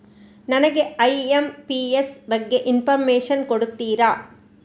ನನಗೆ ಐ.ಎಂ.ಪಿ.ಎಸ್ ಬಗ್ಗೆ ಇನ್ಫೋರ್ಮೇಷನ್ ಕೊಡುತ್ತೀರಾ?